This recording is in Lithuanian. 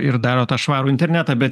ir daro tą švarų internetą bet